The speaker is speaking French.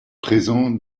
présent